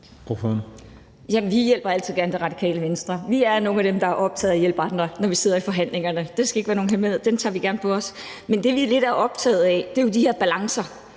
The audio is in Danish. vi hjælper altid gerne Det Radikale Venstre. Vi er nogle af dem, der er optaget af at hjælpe andre, når vi sidder i forhandlingerne. Det skal ikke være nogen hemmelighed. Det tager vi gerne på os. Men det, vi lidt er optaget af, er jo de her balancer.